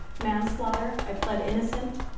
manslaughter, i played innocent.